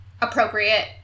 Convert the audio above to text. appropriate